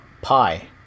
Pi